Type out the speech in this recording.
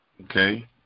okay